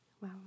wow